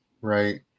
right